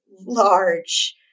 large